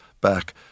back